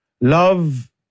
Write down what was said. Love